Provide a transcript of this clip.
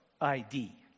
ID